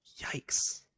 Yikes